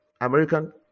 American